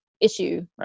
issue